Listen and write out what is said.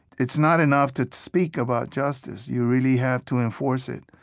it's not enough to speak about justice. you really have to enforce it.